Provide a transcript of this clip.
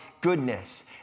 goodness